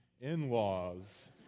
in-laws